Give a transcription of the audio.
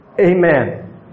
Amen